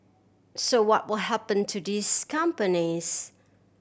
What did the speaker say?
so what will happen to these companies